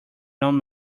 non